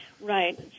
Right